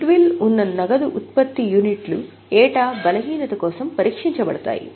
good will ఉన్న నగదు ఉత్పత్తి యూనిట్లు ఏటా బలహీనత కోసం పరీక్షించబడతాయి